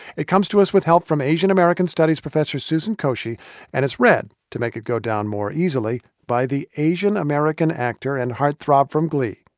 it comes to us with help from asian-american studies professor susan koshy and is read, to make it go down more easily, by the asian-american actor and heartthrob from glee,